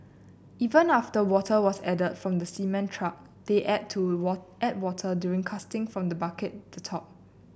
even after water was added from the cement truck they add to what add water during casting when the bucket the top